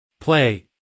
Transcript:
play